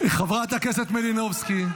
חברת הכנסת מלינובסקי.